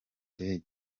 ndende